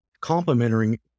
complimenting